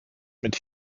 mit